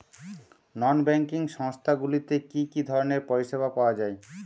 নন banking সংস্থা গুলিতে কি কি ধরনের পরিসেবা পাওয়া য়ায়?